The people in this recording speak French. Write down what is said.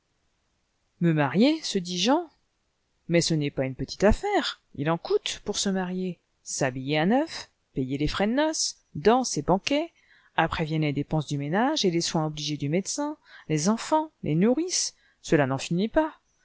me marier se dit jean mais ce n'est pas une petite affaire il en coûte pour se marier s'habiller à neuf payer les frais de noces danses et banquets après viennent les dépenses du ménage et les soins obligés du médecin les enfants les nourrices cela n'en unit pas